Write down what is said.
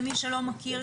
למי שלא מכיר,